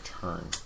turn